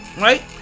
right